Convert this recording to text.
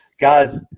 guys